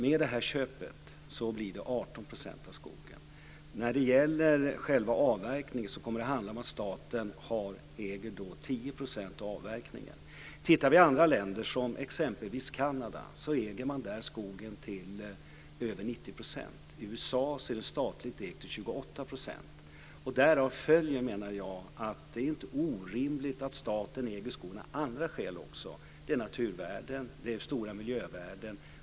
Med det här köpet blir det 18 % av skogen. När det gäller själva avverkningen kommer det att handla om att staten äger 10 % av avverkningen. Vi kan titta på andra länder, som exempelvis Kanada. Där äger man skogen till över 90 %. I USA är den statligt ägd till 28 %. Därav följer, menar jag, att det inte är orimligt att staten äger skog också av andra skäl. Det finns naturvärden. Det finns stora miljövärden.